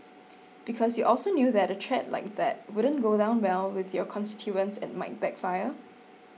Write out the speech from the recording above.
because you also knew that a threat like that wouldn't go down well with your constituents and might backfire